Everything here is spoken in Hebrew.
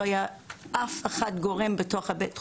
לא היה אף גורם בתוך בית החולים.